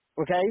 Okay